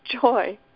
joy